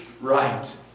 right